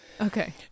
Okay